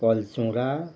कलचौँडा